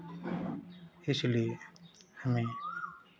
इसलिए हमें